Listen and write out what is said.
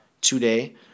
today